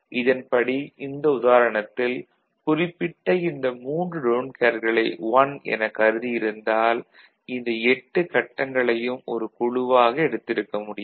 இதன்படி இந்த உதாரணத்தில் குறிப்பிட்ட இந்த மூன்று டோன்ட் கேர்களை 1 எனக் கருதி இருந்தால் இந்த எட்டுக் கட்டங்களையும் ஒரு குழுவாக எடுத்திருக்க முடியும்